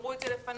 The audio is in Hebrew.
אמרו את זה לפניי.